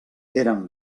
eren